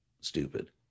stupid